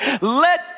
Let